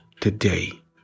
today